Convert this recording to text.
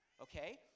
okay